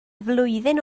flwyddyn